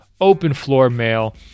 openfloormail